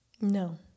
No